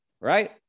right